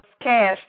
cash